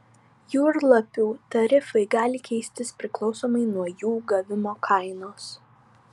jūrlapių tarifai gali keistis priklausomai nuo jų gavimo kainos